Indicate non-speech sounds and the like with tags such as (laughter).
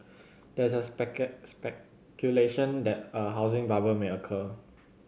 there is a (unintelligible) speculation that a housing bubble may occur